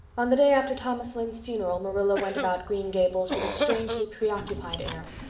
on the day after thomas lynde's funeral marilla went about green gables with a strangely preoccupied air.